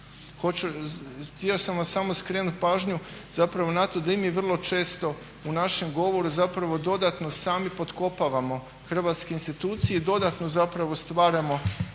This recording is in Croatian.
hrvatske institucije i dodatno stvaramo